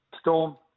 Storm